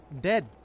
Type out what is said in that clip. Dead